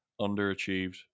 underachieved